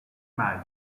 mai